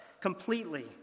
completely